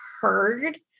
heard